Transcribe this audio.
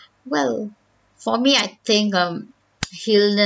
well for me I think um hill~